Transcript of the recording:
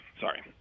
sorry